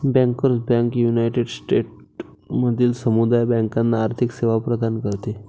bankers bank united स्टेट्समधील समुदाय बँकांना आर्थिक सेवा प्रदान करते